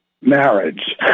marriage